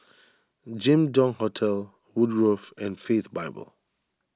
Jin Dong Hotel Woodgrove and Faith Bible